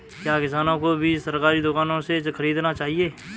क्या किसानों को बीज सरकारी दुकानों से खरीदना चाहिए?